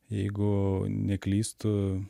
jeigu neklystu